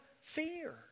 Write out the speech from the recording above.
fear